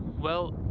well